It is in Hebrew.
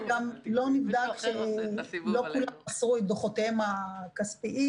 גם לא נבדק שלא כולם מסרו את דוחותיהם הכספיים,